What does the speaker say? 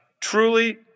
truly